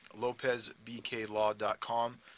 lopezbklaw.com